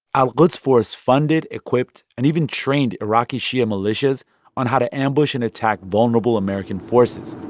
al-quds force funded, equipped and even trained iraqi shia militias on how to ambush and attack vulnerable american forces